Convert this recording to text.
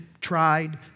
tried